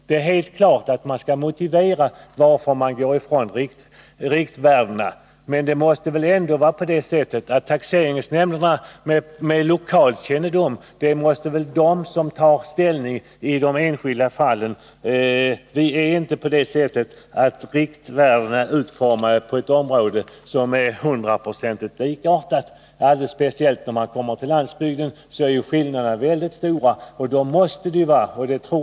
Det är helt klart att taxeringsnämnderna skall motivera varför de frångår riktlinjerna, när de gör det. Taxeringsnämnden med sin lokalkännedom måste väl ändå vara det organ som tar ställning i det enskilda fallet. Riktlinjerna gäller ju ett område där förhållandena inte är hundraprocentigt likartade. Speciellt på landsbygden är skillnaderna mycket stora, och det måste de vara.